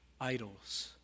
idols